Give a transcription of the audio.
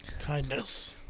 Kindness